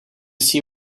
see